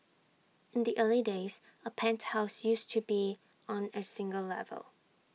in the early days A penthouse used to be on A single level